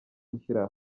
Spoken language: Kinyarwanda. gushyira